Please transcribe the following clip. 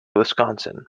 wisconsin